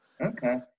okay